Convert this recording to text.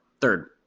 Third